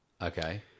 Okay